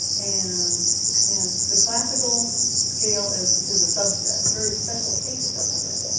and and the classical scale is is a subset a very special case subset.